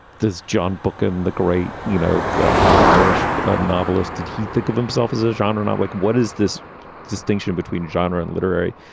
does john book and the great, you know, the irish novelist. did he think of himself as a genre? northwick, like what is this distinction between genre and literary?